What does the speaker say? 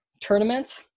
tournament